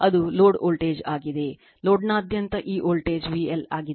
ಅದು load voltage ಆಗಿದೆ ಲೋಡ್ನಾದ್ಯಂತ ಈ ವೋಲ್ಟೇಜ್ VL ಆಗಿದೆ